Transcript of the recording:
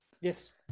Yes